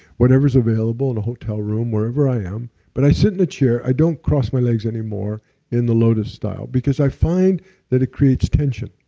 whatever is available in and a hotel room, wherever i am but i sit in a chair, i don't cross my legs anymore in the lotus style, because i find that it creates tension.